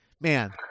man